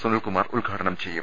സുനിൽകുമാർ ഉദ്ഘാടനം ചെയ്യും